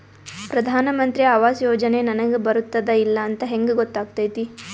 ಪ್ರಧಾನ ಮಂತ್ರಿ ಆವಾಸ್ ಯೋಜನೆ ನನಗ ಬರುತ್ತದ ಇಲ್ಲ ಅಂತ ಹೆಂಗ್ ಗೊತ್ತಾಗತೈತಿ?